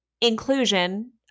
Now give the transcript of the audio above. inclusion